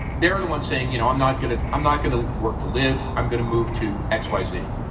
they're the ones saying, you know, i'm not going to i'm not going to work to live. i'm going to move to x, y, z.